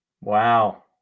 Wow